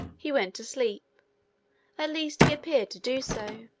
he went to sleep at least he appeared to do so.